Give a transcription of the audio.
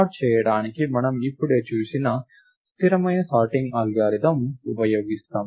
sort చేయడానికి మనం ఇప్పుడే చూసిన స్థిరమైన సార్టింగ్ అల్గోరిథం ఉపయోగిస్తాం